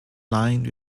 lined